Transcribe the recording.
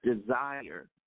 desire